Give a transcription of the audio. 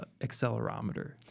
accelerometer